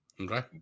Okay